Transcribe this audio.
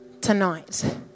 tonight